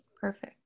perfect